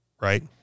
right